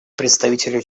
представителю